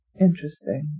Interesting